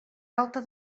alta